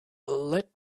let